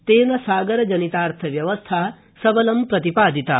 तेन सागर जनितार्थव्यवस्था सबल प्रतिपादिता